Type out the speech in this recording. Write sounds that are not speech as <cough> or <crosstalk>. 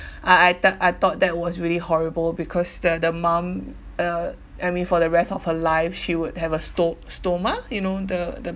<breath> I I thought I thought that was really horrible because the the mum uh I mean for the rest of her life she would have a sto~ stoma you know the the